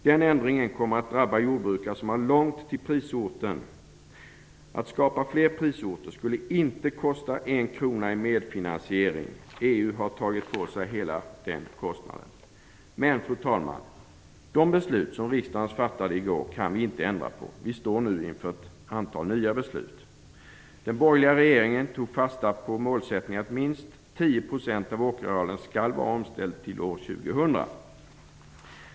Den ändringen kommer att drabba jordbrukare som har långt till prisorten. Att skapa fler prisorter skulle inte kosta en krona i medfinansiering - EU har tagit på sig hela den kostnaden. Men, fru talman, de beslut som riksdagen fattade i går kan vi inte ändra på. Vi står nu inför ett antal nya beslut. Den borgerliga regeringen tog fasta på målsättningen att minst 10 % av åkerarealen skall vara omställd till år 2000.